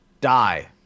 die